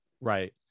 Right